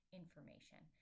information